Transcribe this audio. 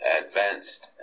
advanced